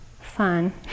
fun